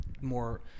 more